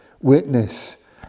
witness